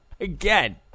again